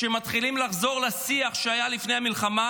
מתחילים לחזור לשיח שהיה לפני המלחמה